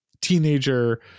teenager